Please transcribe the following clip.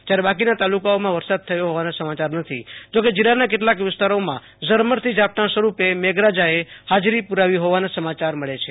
જયારે બાકીના તાલુકાઓમાં વરસાદ થયો હોવાના સામાચાર નથી જો કે જીલ્લાના કેટલાક વિસ્તારોમાં ઝરમરથી ઝાપટા રૂપે મેઘરાજાએ હાજરી પુ રાવી હોવાના સમાચાર મળે છે